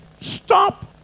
Stop